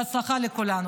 בהצלחה לכולנו.